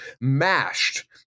mashed